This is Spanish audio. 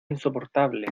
insoportable